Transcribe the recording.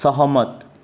सहमत